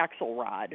Axelrod